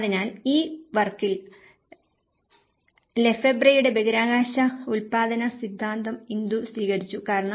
അതിനാൽ ഈ വർക്കിൽ ലെഫെബ്വ്രെയുടെ ബഹിരാകാശ ഉൽപ്പാദന സിദ്ധാന്തം ഇന്ദു സ്വീകരിച്ചു കാരണം